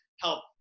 help